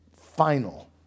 final